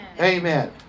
Amen